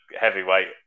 heavyweight